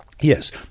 yes